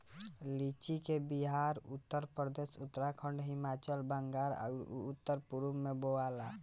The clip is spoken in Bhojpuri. लीची के बिहार, उत्तरप्रदेश, उत्तराखंड, हिमाचल, बंगाल आउर उत्तर पूरब में बोआला